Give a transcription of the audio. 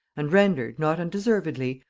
and rendered, not undeservedly,